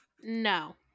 No